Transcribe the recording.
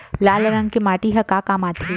लाल रंग के माटी ह का काम आथे?